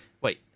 wait